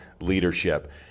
leadership